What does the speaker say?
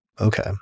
Okay